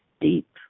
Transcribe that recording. deep